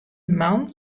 man